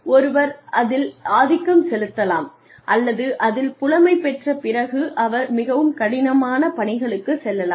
ஒருவர் அவர் அதில் ஆதிக்கம் செலுத்தலாம் அல்லது அதில் புலமை பெற்ற பிறகு அவர் மிகவும் கடினமான பணிகளுக்கு செல்லலாம்